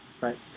right